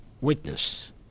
witness